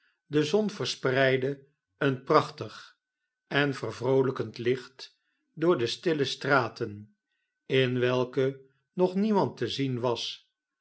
do zon versprcidde een prachtig en vervroolijkend licht door de stille straten in welke nog niemand te zien was